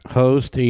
host